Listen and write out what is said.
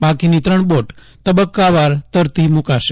બાકીની ત્રણ બોટ તબક્કાવાર તરતી મુકાશે